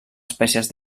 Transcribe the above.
espècies